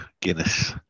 Guinness